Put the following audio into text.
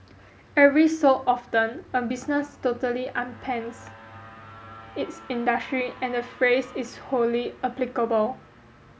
every so often a business totally upends its industry and the phrase is wholly applicable